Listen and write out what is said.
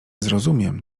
zrozumiem